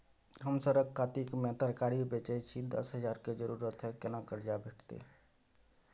हम सरक कातिक में तरकारी बेचै छी, दस हजार के जरूरत हय केना कर्जा भेटतै?